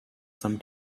some